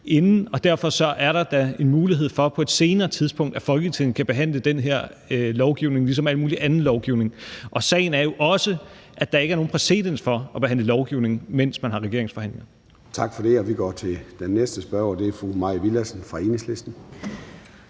for på et senere tidspunkt, at Folketinget kan behandle den her lovgivning ligesom al mulig anden lovgivning. Og sagen er jo også, at der ikke er nogen præcedens for at behandle lovgivning, mens man har regeringsforhandlinger. Kl. 13:42 Formanden (Søren Gade): Tak for det. Vi går til den næste spørger, og det er fru Mai Villadsen fra Enhedslisten.